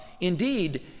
Indeed